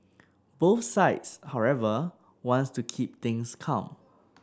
both sides however want to keep things calm